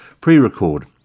Pre-record